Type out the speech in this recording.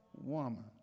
woman